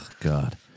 God